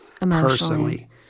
personally